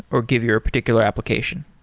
or give you a particular application?